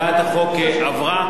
הצעת החוק עברה,